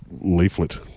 leaflet